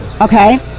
Okay